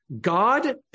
God